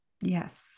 yes